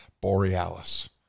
Borealis